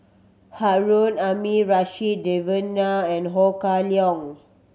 Harun Aminurrashid Devan Nair and Ho Kah Leong